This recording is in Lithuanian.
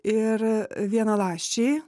ir vienaląsčiai